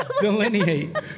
delineate